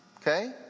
Okay